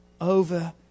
over